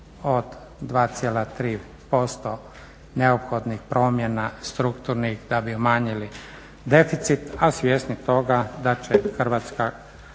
od 2,3% neophodnih promjena strukturnih da bi umanjili deficit, a svjesni toga da će hrvatska